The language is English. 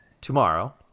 tomorrow